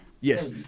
Yes